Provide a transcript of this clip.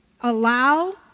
Allow